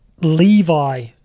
Levi